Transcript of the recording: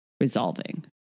resolving